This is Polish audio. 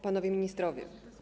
Panowie Ministrowie!